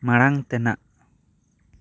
ᱢᱟᱲᱟᱝ ᱛᱮᱱᱟᱜ